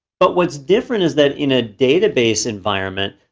but what's different is that in a database environment,